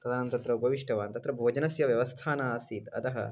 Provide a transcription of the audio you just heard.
तदानीं तत्र उपविष्टवान् तत्र भोजनस्य व्यवस्था नासीत् अतः